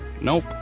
Nope